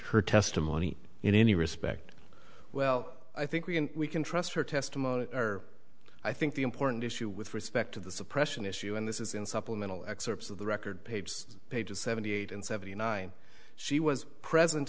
her testimony in any respect well i think we can trust her testimony i think the important issue with respect to the suppression issue in this is in supplemental excerpts of the record page pages seventy eight and seventy nine she was present